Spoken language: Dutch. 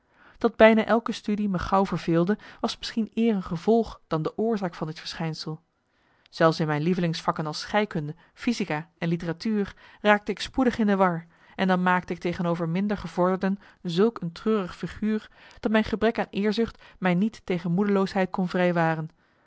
dat bijna elke studie me gauw verveelde was misschien eer een gevolg dan de oorzaak van dit verschijnsel zelfs in mijn lievelingsvakken als scheikunde physica en literatuur raakte ik spoedig in de war en dan maakte ik tegenover minder gevorderden zulk een treurig figuur dat mijn gebrek aan eerzucht mij niet tegen moedeloosheid kon